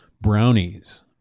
brownies